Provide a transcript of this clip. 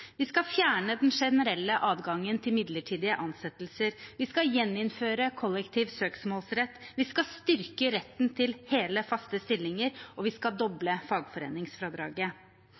Vi skal fjerne den generelle adgangen til midlertidige ansettelser, vi skal gjeninnføre kollektiv søksmålsrett, vi skal styrke retten til hele, faste stillinger, og vi skal doble fagforeningsfradraget.